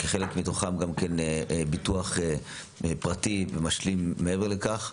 כחלק מתוכם גם כן ביטוח פרטי ומשלים מעבר לכך,